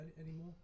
anymore